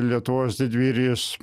lietuvos didvyris